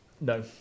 No